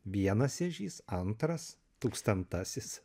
vienas ežys antras tūkstantasis